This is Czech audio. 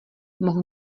mohu